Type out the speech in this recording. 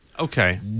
Okay